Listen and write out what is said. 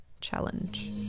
challenge